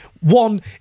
one